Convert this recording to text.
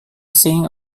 sing